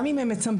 גם אם הם מצמצמים,